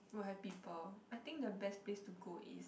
will have people I think the best place to go is